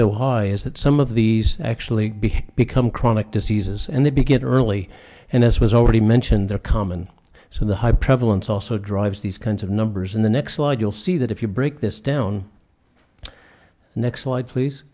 so high is that some of these actually become chronic diseases and they begin early and as was already mentioned they're common so the high prevalence also drives these kinds of numbers in the next slide you'll see that if you break this down next slide please